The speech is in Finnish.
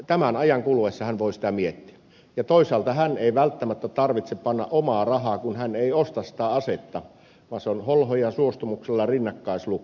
tämän ajan kuluessa hän voi sitä miettiä ja toisaalta hänen ei välttämättä tarvitse panna aseeseen omaa rahaa kun hän ei osta sitä asetta vaan hänellä on siihen holhoojan suostumuksella rinnakkaislupa